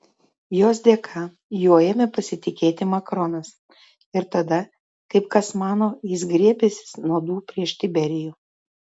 jos dėka juo ėmė pasitikėti makronas ir tada kaip kai kas mano jis griebęsis nuodų prieš tiberijų